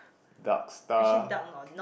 dark star